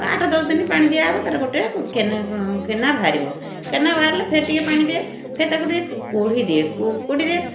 ଆଠ ଦଶଦିନ ପାଣି ଦିଆ ହେବ ତା'ର ଗୋଟେ କେନ କେନା ବାହାରିବ କେନା ବାହାରିଲେ ଫେରେ ଟିକିଏ ପାଣି ଦିଏ ଫେରେ ତାକୁ ଟିକିଏ କୋ କୋଡ଼ି ଦିଏ କୋଡ଼ି ଦିଏ